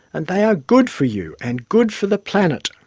and they are good for you and good for the planet.